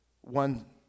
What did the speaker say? one